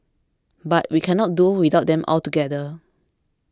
but we cannot do without them altogether